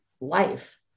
life